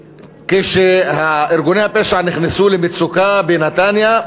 כשארגוני הפשע נכנסו למצוקה בנתניה,